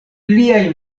pliaj